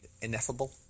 ineffable